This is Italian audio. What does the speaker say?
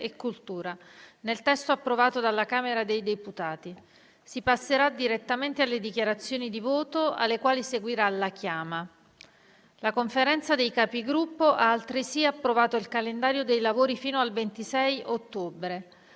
cultura, nel testo approvato dalla Camera dei deputati. Si passerà direttamente alle dichiarazioni di voto, alle quali seguirà la chiama. La Conferenza dei Capigruppo ha altresì approvato il calendario dei lavori fino al 26 ottobre.